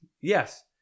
Yes